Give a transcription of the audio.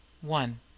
One